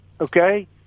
okay